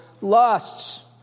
lusts